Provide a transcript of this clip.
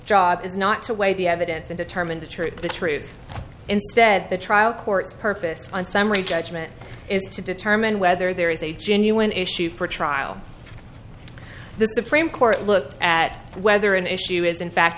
job is not to weigh the evidence and determine the truth of the truth instead the trial court purpose on summary judgment to determine whether there is a genuine issue for a trial the supreme court looks at whether an issue is in fact